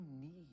need